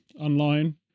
online